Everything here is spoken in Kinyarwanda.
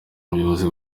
ubuyobozi